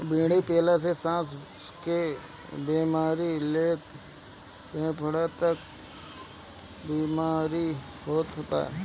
बीड़ी पियला से साँस के बेमारी से लेके फेफड़ा तक के बीमारी होत बा